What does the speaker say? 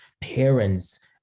parents